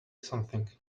something